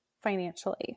financially